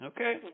Okay